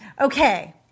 okay